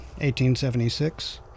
1876